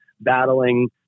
battling